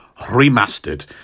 Remastered